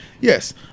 Yes